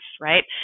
right